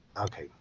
Okay